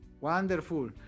Wonderful